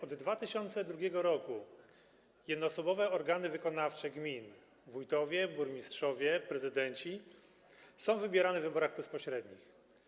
Od 2002 r. jednoosobowe organy wykonawcze gmin - wójtowie, burmistrzowie, prezydenci - są wybierane w wyborach bezpośrednich.